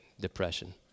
Depression